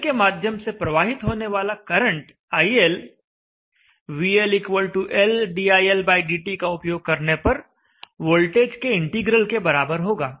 L के माध्यम से प्रवाहित होने वाला current iL VL L diLdt का उपयोग करने पर वोल्टेज के इंटीग्रल के बराबर होगा